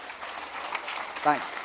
Thanks